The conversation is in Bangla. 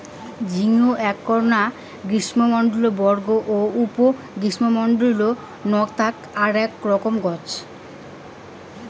ঝিঙ্গিনী এ্যাকনা গ্রীষ্মমণ্ডলীয় বর্গ ও উপ গ্রীষ্মমণ্ডলীয় নতার আক রকম গছ